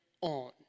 on